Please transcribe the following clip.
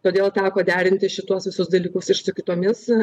todėl teko derinti šituos visus dalykus ir su kitomis